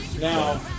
Now